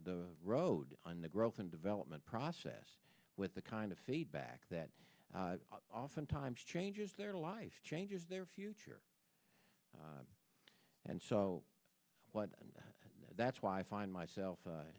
the road on the growth and development process with the kind of feedback that oftentimes changes their life changes their future and so what and that's why i find myself